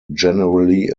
generally